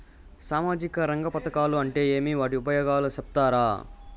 సామాజిక రంగ పథకాలు అంటే ఏమి? వాటి ఉపయోగాలు సెప్తారా?